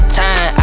time